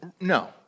No